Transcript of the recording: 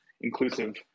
inclusive